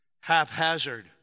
haphazard